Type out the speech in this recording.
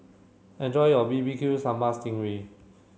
enjoy your B B Q Sambal Sting Ray